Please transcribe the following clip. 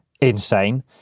insane